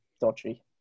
dodgy